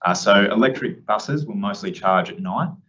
ah so electric buses will mostly charge at night.